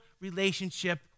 relationship